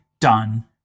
done